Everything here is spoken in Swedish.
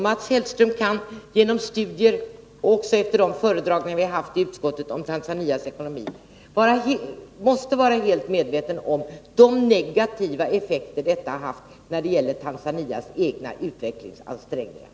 Mats Hellström måste efter studier och efter de föredragningar vi har haft i utskottet om Tanzanias ekonomi vara helt medveten om de negativa effekter detta har haft när det gäller Tanzanias egna utvecklingsansträngningar.